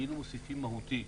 היינו מוסיפים מהותי.